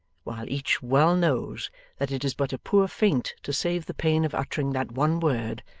while each well knows that it is but a poor feint to save the pain of uttering that one word,